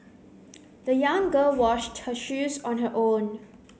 the young girl washed her shoes on her own